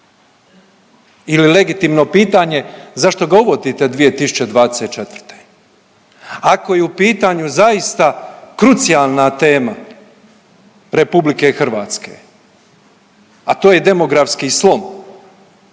Ili legitimno pitanje, zašto ga uvodite 2024.? Ako je u pitanju zaista krucijalna tema RH, a to je demografski slom,